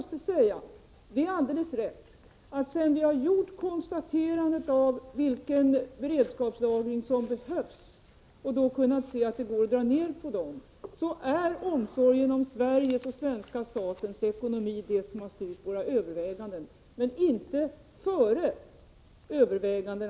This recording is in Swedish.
Sedan vi fastställt vilken beredskapslagring som behövs och kunnat se att det går att dra ned på den nuvarande, är omsorgen om Sverige och den svenska statens ekonomi det som har styrt våra överväganden.